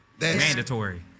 mandatory